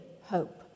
hope